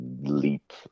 leap